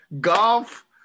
Golf